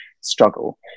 struggle